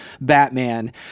Batman